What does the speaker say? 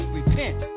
Repent